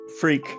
freak